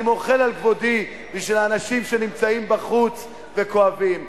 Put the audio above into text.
אני מוחל על כבודי בשביל האנשים שנמצאים בחוץ וכואבים.